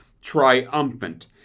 triumphant